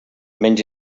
menja